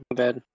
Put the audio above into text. bad